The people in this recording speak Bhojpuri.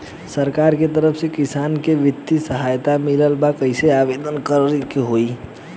सरकार के तरफ से किसान के बितिय सहायता मिलत बा कइसे आवेदन करे के होई?